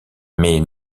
mais